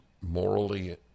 morally